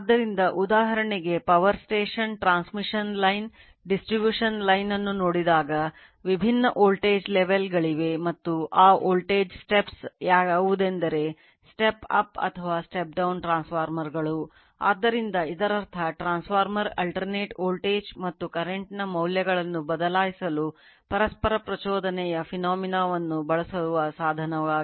ಆದ್ದರಿಂದ ಉದಾಹರಣೆಗೆ power station ವನ್ನು ಬಳಸುವ ಸಾಧನವಾಗಿದೆ